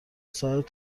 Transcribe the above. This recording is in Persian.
ساعت